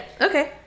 Okay